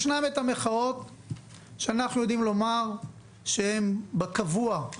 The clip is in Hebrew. ישנן מחאות שאנחנו יודעים לומר שקבוע הן